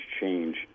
change